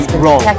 wrong